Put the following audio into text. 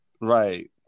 Right